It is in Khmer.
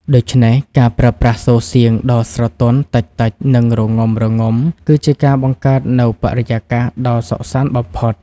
ដូច្នេះការប្រើប្រាស់សូរសៀងដ៏ស្រទន់ តិចៗ និងរងំៗ គឺជាការបង្កើតនូវបរិយាកាសដ៏សុខសាន្តបំផុត